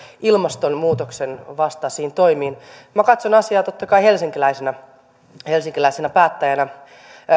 ilmastonmuutoksen vastaisiin toimiin minä katson asiaa totta kai helsinkiläisenä helsinkiläisenä päättäjänä